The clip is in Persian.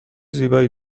زیبایی